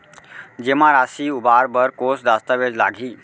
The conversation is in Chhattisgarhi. जेमा राशि उबार बर कोस दस्तावेज़ लागही?